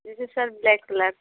मुझे sir black colour